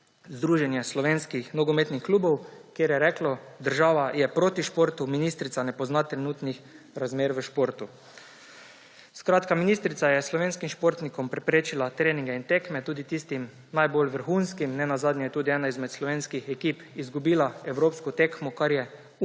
združenje slovenskih nogometnih klubov, kjer se je reklo, država je proti športu, ministrica ne pozna trenutnih razmer v športu. Skratka, ministrica je slovenskim športnikom preprečila treninge in tekme, tudi tistim najbolj vrhunskim. Ne nazadnje je tudi ena izmed slovenskih ekip izgubila evropsko tekmo, kar je unikum